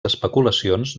especulacions